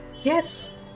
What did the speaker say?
Yes